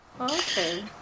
Okay